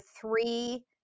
three